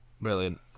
Brilliant